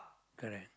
correct